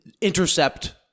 intercept